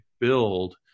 build